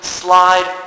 slide